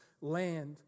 land